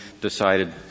decided